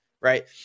Right